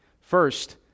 First